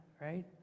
right